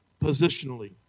positionally